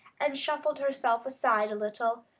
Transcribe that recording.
and shuffled herself aside a little,